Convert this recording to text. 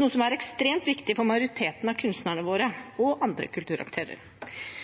noe som er ekstremt viktig for majoriteten av kunstnerne våre og andre kulturaktører.